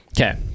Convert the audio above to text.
okay